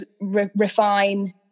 refine